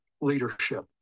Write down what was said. leadership